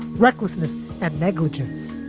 recklessness and negligence?